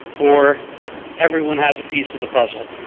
or everyone has a piece of the puzzle.